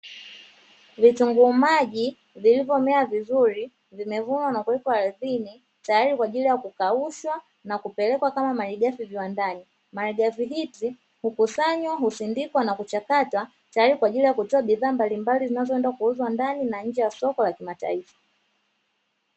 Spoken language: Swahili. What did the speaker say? Vitunguu maji vilivyomea vizuri vimevunwa na kuwekwa ardhini tayari kwaajili ya kukaushwa na kupelekwa kama malighafi viwandani, malighafi hizi hukusanywa, husindikwa na kuchakatwa tayari kwaajili ya kutoa bidhaa mbalimbali zinazoenda kuuzwa ndani na nje ya soko la kimataifa.